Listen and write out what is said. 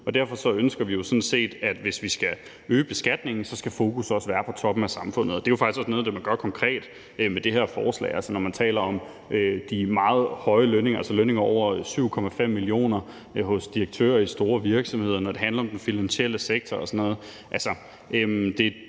at fokus, hvis vi skal øge beskatningen, skal være på toppen af samfundet. Det er jo faktisk også noget, man gør konkret med det her forslag. Når man taler om de meget høje lønninger, er det altså lønninger på over 7,5 mio. kr. til direktører i store virksomheder, og når det handler om den finansielle sektor, handler